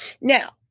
Now